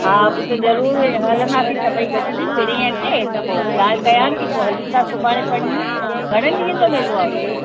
हा पुटु ज़रूरु हलंदासीं सभेई गॾिजी पिणे अचे त पोइ ॻाल्हि कयां थी पोइ हलूं था सुभाणे परीहं घणनि ॾींहंनि जो मेलो आहे उते